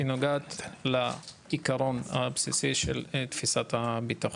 היא נוגעת לעיקרון הבסיסי של תפיסת הביטחון.